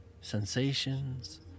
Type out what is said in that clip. sensations